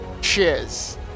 cheers